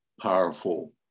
powerful